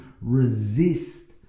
resist